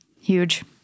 Huge